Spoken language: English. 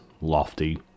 lofty